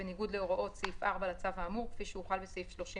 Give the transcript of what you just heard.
בניגוד להוראות סעיף 4 לצו האמור כפי שהוחל בסעיף 30,